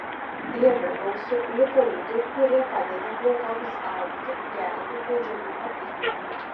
jame gausu lipoidų kurie padeda plaukams augti gerina medžiagų apykaitą